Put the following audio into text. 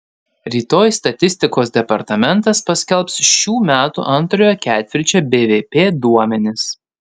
rytoj statistikos departamentas paskelbs šių metų antrojo ketvirčio bvp duomenis